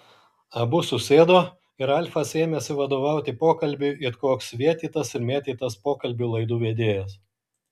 abu susėdo ir ralfas ėmėsi vadovauti pokalbiui it koks vėtytas ir mėtytas pokalbių laidų vedėjas